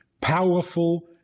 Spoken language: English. powerful